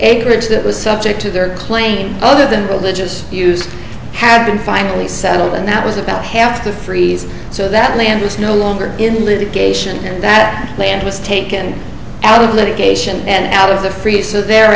acreage that was subject to their claim other than religious use had been finally settled and that was about half the freeze so that land was no longer in litigation that land was taken out of litigation and out of the freezer the